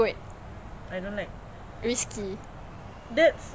no but you can beli motor tak lesen